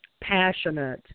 passionate